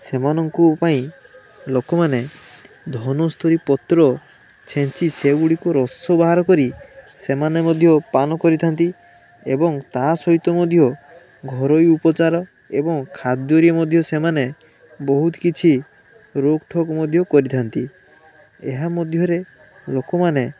ସେମାନଙ୍କୁ ପାଇଁ ଲୋକମାନେ ଧନୁସ୍ତୁରୀ ପତ୍ର ଛେଞ୍ଚି ସେଗୁଡ଼ିକୁ ରସ ବାହାର କରି ସେମାନେ ମଧ୍ୟ ପାନ କରିଥାନ୍ତି ଏବଂ ତା ସହିତ ମଧ୍ୟ ଘରୋଇ ଉପଚାର ଏବଂ ଖାଦ୍ଯ ରେ ମଧ୍ୟ ସେମାନେ ବହୁତ କିଛି ରୋକଠୋକ ମଧ୍ୟ କରିଥାନ୍ତି ଏହାମଧ୍ୟରେ ଲୋକମାନେ